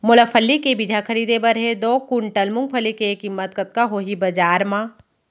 मोला फल्ली के बीजहा खरीदे बर हे दो कुंटल मूंगफली के किम्मत कतका होही बजार म?